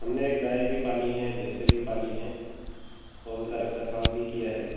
हमने एक गाय भी पाली है भैंसे भी पाली है और उनका रख रखाव भी किया है